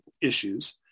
issues